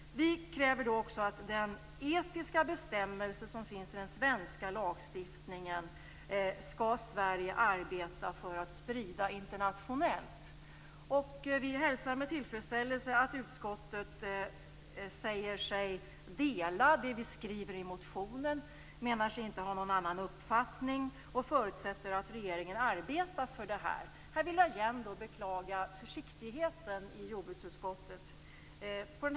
Vi kräver att Sverige internationellt skall arbeta för att sprida den etiska bestämmelse som finns i den svenska lagstiftningen. Vi hälsar med tillfredsställelse att utskottet säger sig stå bakom det vi skriver i motionen. Man anser sig inte ha någon annan uppfattning, och man förutsätter att regeringen arbetar för det här. Även på den här punkten vill jag beklaga försiktigheten i jordbruksutskottet.